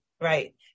right